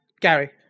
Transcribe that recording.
Gary